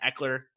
Eckler